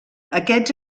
aquests